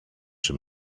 czy